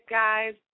guys